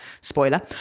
Spoiler